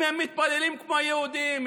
אם הם מתפללים כמו יהודים,